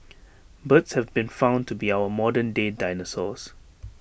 birds have been found to be our modern day dinosaurs